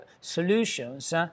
solutions